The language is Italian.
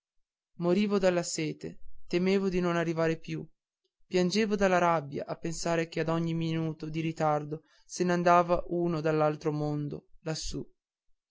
morivo dalla sete temevo di non arrivare più piangevo dalla rabbia a pensare che ad ogni minuto di ritardo se n'andava uno all'altro mondo lassù